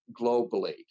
globally